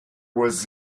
was